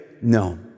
no